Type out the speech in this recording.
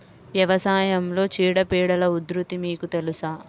వ్యవసాయంలో చీడపీడల ఉధృతి మీకు తెలుసా?